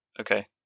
okay